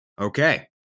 Okay